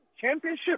championship